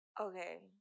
Okay